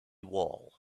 wall